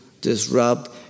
disrupt